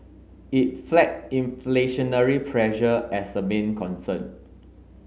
it flagged inflationary pressure as a main concern